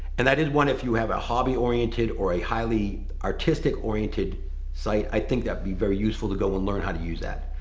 and that is one if you have a hobby oriented or a highly artistic oriented site, i think that it'd be very useful to go and learn how to use that.